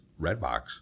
Redbox